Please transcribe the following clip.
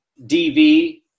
DV